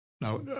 Now